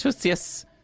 Yes